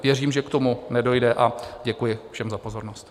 Věřím, že k tomu nedojde, a děkuji všem za pozornost.